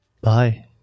Bye